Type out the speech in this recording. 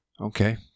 Okay